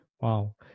Wow